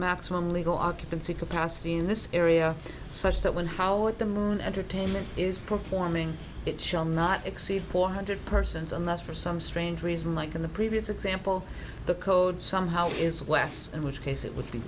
maximum legal occupancy capacity in this area such that when how what the moon entertainment is performing it shall not exceed four hundred persons unless for some strange reason like in the previous example the code somehow is less in which case it would be